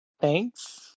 thanks